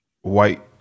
white